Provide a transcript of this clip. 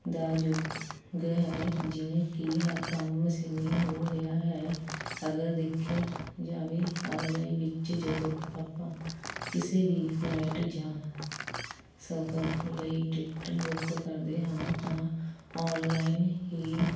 ਦਾ ਯੁੱਗ ਹੈ ਜਿਵੇਂ ਕਿ ਹਰ ਕੰਮ ਮਸ਼ੀਨੀ ਹੋ ਰਿਹਾ ਹੈ ਅਗਰ ਦੇਖਿਆ ਜਾਵੇ ਆਵਾਜਾਈ ਵਿੱਚ ਜਦੋਂ ਆਪਾ ਕਿਸੇ ਵੀ ਫਲਾਈਟ ਜਾਂ ਸਫ਼ਰ ਲਈ ਟਿਕਟ ਬੁੱਕ ਕਰਦੇ ਹਾਂ ਤਾਂ ਔਨਲਾਈਨ ਹੀ